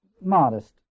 modest